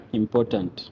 important